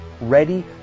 ready